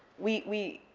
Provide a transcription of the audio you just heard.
we,